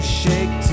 shake